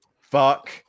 Fuck